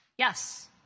yes